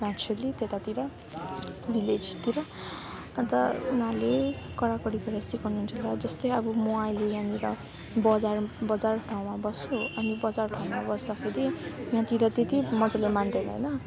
naturally त्यतातिर भिलेजतिर अन्त उनीहरूले कडाकडी गरेर सिकाउनु हुन्छ जस्तै अब म अहिले यहाँनिर बजार बजार ठाउँमा बस्छु अनि बजार ठाउँमा बस्दाखेरि यहाँतिर त्यति मजाले मान्दैन होइन